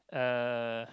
uh